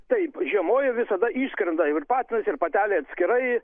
taip žiemoja visada iškrenda ir patinas ir patelė atskirai